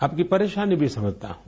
आपकी परेशानी भी समझता हूं